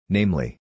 Namely